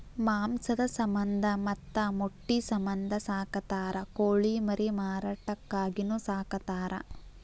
ಮಾಂಸದ ಸಮಂದ ಮತ್ತ ಮೊಟ್ಟಿ ಸಮಂದ ಸಾಕತಾರ ಕೋಳಿ ಮರಿ ಮಾರಾಟಕ್ಕಾಗಿನು ಸಾಕತಾರ